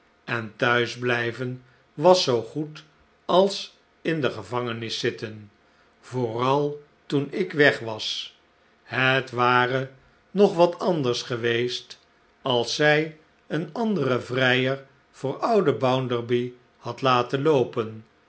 en thuisblijven was zoo goed als in de gevangenis zitten vooral toen ik weg was het ware nog wat dickens slechte tijden slechte tijden andefs geweest als zij een anderen vrijer voor ouden bounderby had laten loopen